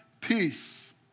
peace